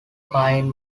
pine